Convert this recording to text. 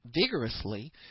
vigorously